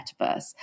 metaverse